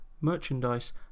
merchandise